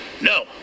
No